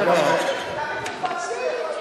אבל גם מתרופות מזויפות מתים.